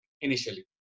initially